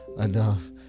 enough